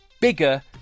bigger